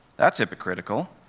that's hypocritical.